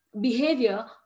behavior